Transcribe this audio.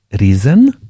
reason